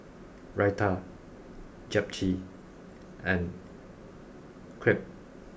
Raita Japchae and Crepe